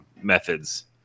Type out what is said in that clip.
methods